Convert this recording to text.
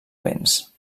vents